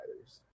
Fighters